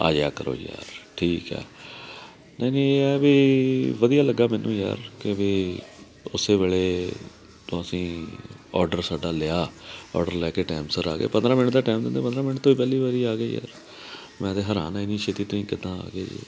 ਆਜਿਆ ਕਰੋ ਯਾਰ ਠੀਕ ਹੈ ਨਹੀਂ ਨਹੀਂ ਇਹ ਹੈ ਵੀ ਵਧੀਆ ਲੱਗਾ ਮੈਨੂੰ ਯਾਰ ਕਿ ਵੀ ਉਸੇ ਵੇਲੇ ਤੁਸੀਂ ਅੋਡਰ ਸਾਡਾ ਲਿਆ ਅੋਡਰ ਲੈ ਕੇ ਟੈਮ ਸਿਰ ਆ ਗਏ ਪੰਦਰਾਂ ਮਿੰਟ ਦਾ ਟਾਈਮ ਦਿੰਦੇ ਪੰਦਰਾਂ ਮਿੰਟ ਤੋਂ ਹੀ ਪਹਿਲੀ ਵਾਰੀ ਆ ਗਏ ਯਾਰ ਮੈਂ ਤਾਂ ਹੈਰਾਨ ਏ ਇੰਨੀ ਛੇਤੀ ਤੁਸੀਂ ਕਿੱਦਾਂ ਆ ਗਏ ਜੇ